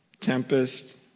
Tempest